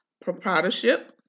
proprietorship